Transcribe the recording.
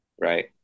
right